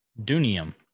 Dunium